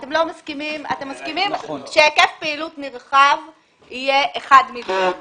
אתם מסכימים שהיקף פעילות נרחב יהיה מיליון אחד.